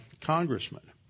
congressman